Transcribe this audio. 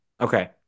Okay